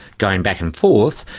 going back and forth.